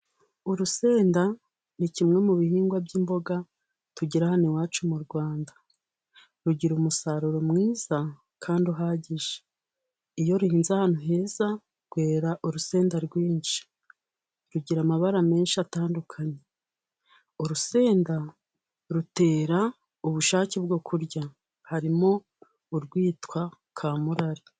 Urusenda ni kimwe mu bihingwa by'imboga tugIra hano iwacu mu rwanda, rugira umusaruro mwiza kandi uhagije, iyo ruhinzwe ahantu heza rwera urusenda rwinshi. Rugira amabara menshi atandukanye, urusenda rutera ubushake bwo kurya harimo urwitwa kamurari.